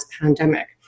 pandemic